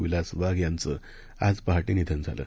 विलास वाघ यांचं आज पहाटे निधन झालं